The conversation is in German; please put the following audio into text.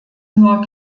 nur